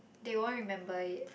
they won't remember it